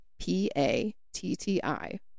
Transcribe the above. P-A-T-T-I